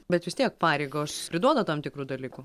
bet vis tiek pareigos priduoda tam tikrų dalykų